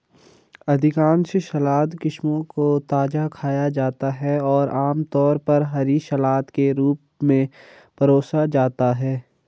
अधिकांश सलाद किस्मों को ताजा खाया जाता है और आमतौर पर हरी सलाद के रूप में परोसा जाता है